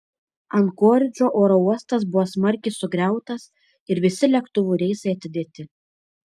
ankoridžo oro uostas buvo smarkiai sugriautas ir visi lėktuvų reisai atidėti